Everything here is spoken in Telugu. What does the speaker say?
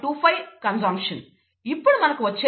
25 కన్స్మ్ప్షన్ ఇప్పుడు మనకి వచ్చే రేట్ 15